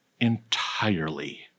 entirely